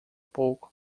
pouco